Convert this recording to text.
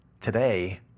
Today